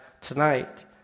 tonight